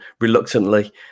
reluctantly